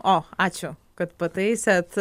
o ačiū kad pataisėt